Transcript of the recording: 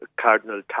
Cardinal